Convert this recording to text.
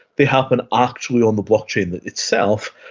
they happen actually on the blockchain itself,